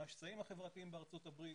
השסעים החברתיים בארצות הברית,